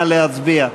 נא להצביע.